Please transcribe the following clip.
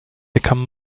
become